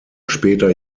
später